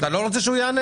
אתה לא רוצה שהוא יענה?